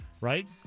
Right